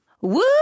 Woo